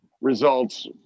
results